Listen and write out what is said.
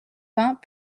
vingts